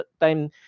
time